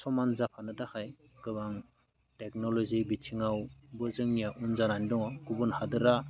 समान जाफानो थाखाय गोबां टेकनलजि बिथिङावबो जोंनिया उन जानानै दङ गुबुन हादोरा